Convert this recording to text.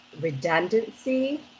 redundancy